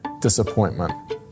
disappointment